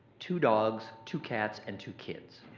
two dogs, two cats, and two kids.